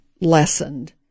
lessened